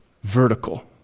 Vertical